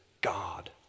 God